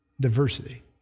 diversity